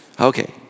Okay